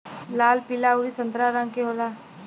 लाल पीला अउरी संतरा रंग के होला